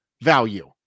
value